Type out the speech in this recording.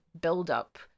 build-up